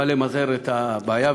אבל למזער את הבעיה.